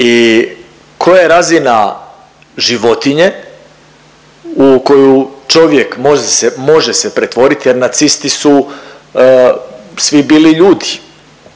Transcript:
i koja je razina životinje u koju čovjek može se pretvorit jer nacisti su svi bili ljudi,